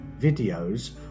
videos